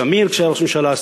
שמיר כשהיה ראש ממשלה,